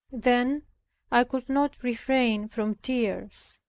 then i could not refrain from tears.